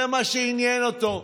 זה מה שעניין אותו.